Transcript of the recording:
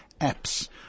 apps